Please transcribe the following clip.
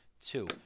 two